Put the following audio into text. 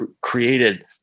created